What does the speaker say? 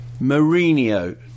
Mourinho